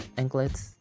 anklets